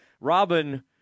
Robin